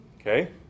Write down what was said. Okay